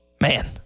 Man